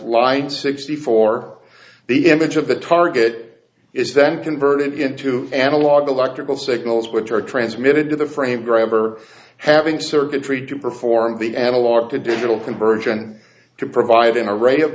line sixty four the image of the target is then converted into analog electrical signals which are transmitted to the frame grabber having circuitry to perform the analog to digital conversion to providing a rate of